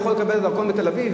הוא יכול לקבל דרכון בתל-אביב?